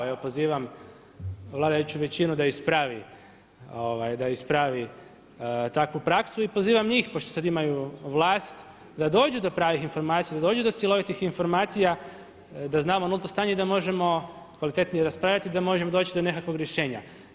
Evo pozivam vladajuću većinu da ispravi takvu praksu i pozivam njih pošto sad imaju vlast da dođu do pravih informacija, da dođu do cjelovitih informacija, da znamo nulto stanje i da možemo kvalitetnije raspravljati i da možemo doći do nekakvog rješenja.